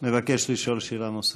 מבקש לשאול שאלה נוספת.